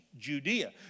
Judea